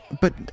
But